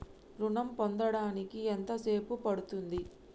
ఋణం పొందడానికి ఎంత సేపు పడ్తుంది?